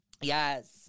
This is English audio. Yes